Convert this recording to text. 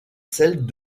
celles